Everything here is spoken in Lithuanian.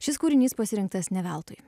šis kūrinys pasirinktas ne veltui